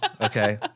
Okay